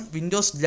Windows